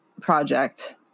project